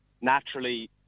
naturally